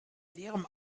leerem